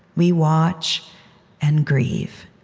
we watch and grieve.